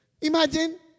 Imagine